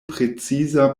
preciza